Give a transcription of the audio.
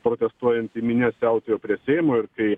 protestuojanti minia siautėjo prie seimo ir kai